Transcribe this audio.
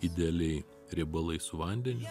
ideali riebalai su vandeniu